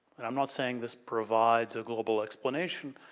and i'm not saying this provides a gullible explanation.